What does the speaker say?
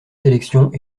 sélections